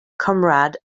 comrade